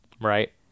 Right